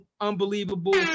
Unbelievable